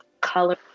color